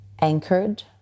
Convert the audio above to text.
anchored